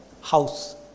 house